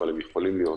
אבל הם יכולים להיות